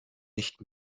nicht